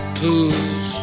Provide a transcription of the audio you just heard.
pools